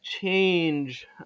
change